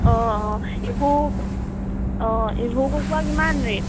অঁ অঁ ইবোৰ অঁ ইবোৰ কুকুৰা কিমান ৰেট